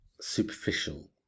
superficial